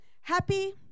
happy